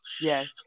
Yes